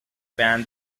ban